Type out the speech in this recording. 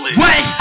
wait